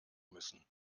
müssen